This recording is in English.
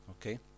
Okay